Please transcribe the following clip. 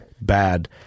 Bad